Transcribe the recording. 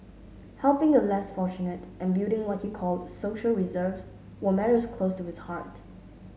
helping the less fortunate and building what he called social reserves were matters close to his heart